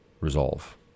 resolve